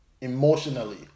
Emotionally